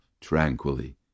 tranquilly